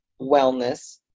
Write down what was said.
wellness